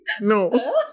No